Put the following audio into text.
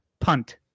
punt